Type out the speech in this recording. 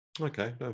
Okay